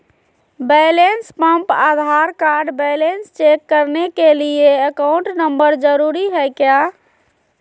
Balance pump Aadhaar card balance check करने के लिए अकाउंट नंबर जरूरी है क्या?